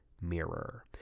Mirror